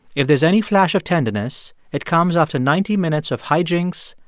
if there's any flash of tenderness, it comes after ninety minutes of high jinks,